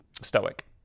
stoic